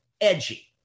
edgy